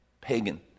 pagan